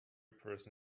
person